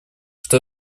что